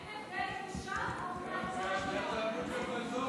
אין הבדל אם הוא שם או מאחורי החלון.